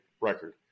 record